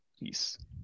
Peace